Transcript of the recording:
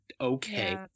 okay